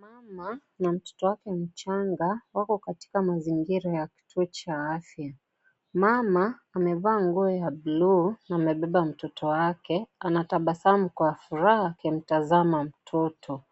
Mama na mtoto wake mchanga, wako katika mazingira ya kituo cha afya. Mama amevaa nguo ya blue na amebeba mtoto wake. Anatabasamu kwa furaha akimtazama mtoto.